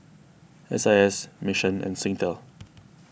S I S Mission and Singtel